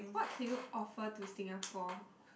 what can you offer to Singapore